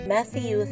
Matthew